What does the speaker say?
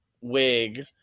wig